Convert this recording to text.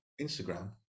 instagram